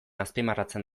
azpimarratzen